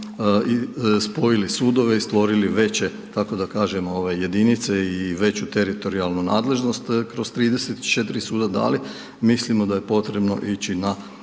što smo spojili sudove i stvorili veće kako da kažemo jedinice i veće teritorijalnu nadležnost kroz 34 suda, da li mislimo da je potrebno ići na,